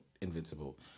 Invincible